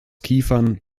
kiefern